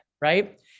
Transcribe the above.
right